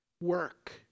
Work